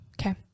Okay